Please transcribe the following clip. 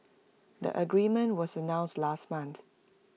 the agreement was announced last month